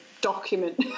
document